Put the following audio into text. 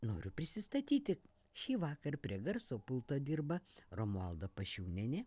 noriu prisistatyti šįvakar prie garso pulto dirba romualda pašiūnienė